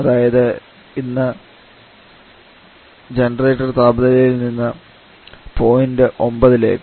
അതായത് ഇത് ജനറേറ്റർ താപനിലയിൽ നിന്ന് പോയിൻറ് 9 ലേക്ക്